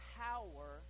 power